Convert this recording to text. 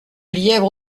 lièvre